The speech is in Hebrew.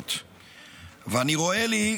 המנדטוריות ואני רואה לי,